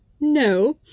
No